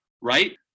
right